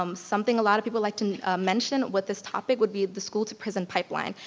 um something a lot of people like to mention with this topic would be the school to prison pipeline,